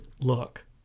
look